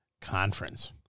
conference